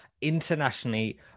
internationally